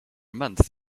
month